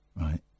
right